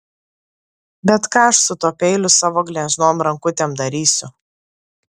bet ką aš su tuo peiliu savo gležnom rankutėm darysiu